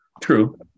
True